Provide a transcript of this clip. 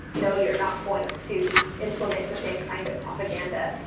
no, you're not going to implement the same kind of propaganda,